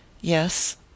Yes